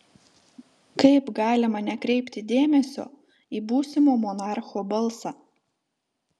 kaip galima nekreipti dėmesio į būsimo monarcho balsą